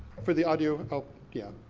for the audio, i'll, yeah,